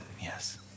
yes